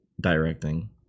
directing